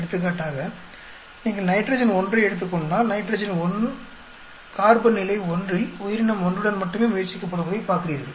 எடுத்துக்காட்டாக நீங்கள் நைட்ரஜன் 1 ஐ எடுத்துக் கொண்டால் நைட்ரஜன் 1 கார்பன் நிலை 1 ல் உயிரினம் 1 உடன் மட்டுமே முயற்சிக்கப்படுவதைப் பார்க்கிறீர்கள்